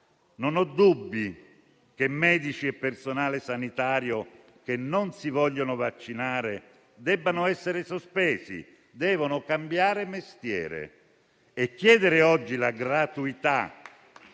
Non ho dubbi sul fatto che medici e personale sanitario che non si vogliono vaccinare debbano essere sospesi. Devono cambiare mestiere. Chiedere oggi la gratuità